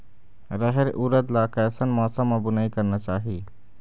रहेर उरद ला कैसन मौसम मा बुनई करना चाही?